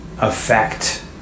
affect